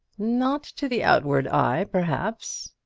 not to the outward eye, perhaps,